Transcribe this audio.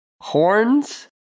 horns